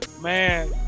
man